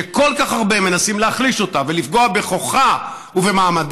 שכל כך הרבה מנסים להחליש אותה ולפגוע בכוחה ובמעמדה,